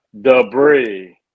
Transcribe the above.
debris